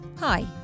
Hi